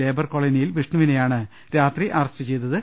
labour കോളനിയിൽ വിഷ്ണുവിനെയാണ് രാത്രി അറസ്റ്റ് ചെയ്തത്